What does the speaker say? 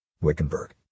Wickenburg